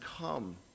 come